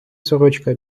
сорочка